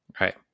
right